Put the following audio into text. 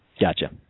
Gotcha